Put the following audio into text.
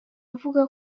avuga